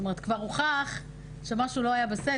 זאת אומרת, כבר הוכח שמשהו לא היה בסדר.